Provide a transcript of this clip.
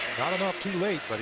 not enough too late. but